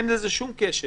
אין לזה שום קשר,